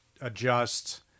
adjust